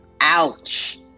ouch